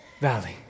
Valley